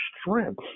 strength